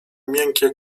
miękkie